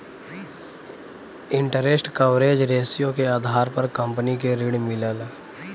interest coverage ratio के आधार पर कंपनी के ऋण मिलला